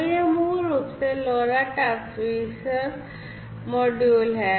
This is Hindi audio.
तो यह मूल रूप से LoRa ट्रांसीवर मॉड्यूल है